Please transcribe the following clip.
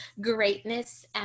greatness